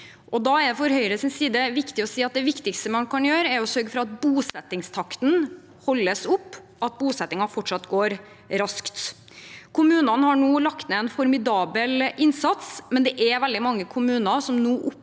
Ukraina 2023 man kan gjøre, er å sørge for at bosettingstakten holdes oppe og at bosettingen fortsatt går raskt. Kommunene har nå lagt ned en formidabel innsats, men det er veldig mange kommuner som nå opplever